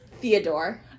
Theodore